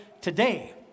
today